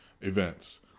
events